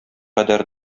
кадәр